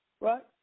Right